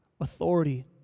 authority